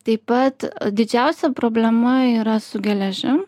taip pat didžiausia problema yra su geležim